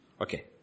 Okay